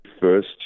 first